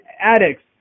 addicts